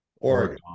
Oregon